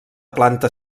planta